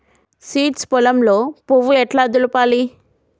Seeds పొలంలో పువ్వు ఎట్లా దులపాలి?